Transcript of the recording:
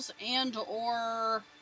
and/or